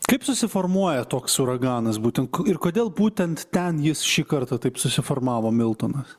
kaip susiformuoja toks uraganas būtent ir kodėl būtent ten jis šį kartą taip susiformavo miltonas